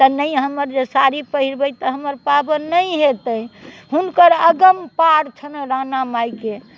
तऽ नहि हमर जे साड़ी पहिरबै तऽ हमर पाबनि नहि होयतै हुनकर अगम पार छनि राणा माइके